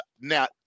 now